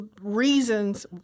reasons